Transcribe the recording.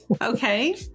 okay